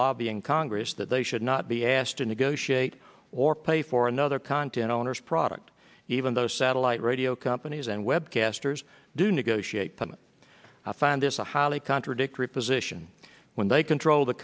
lobbying congress that they should not be asked to negotiate or pay for another content owners product even though satellite radio companies and web casters do negotiate i find this a highly contradictory position when they control the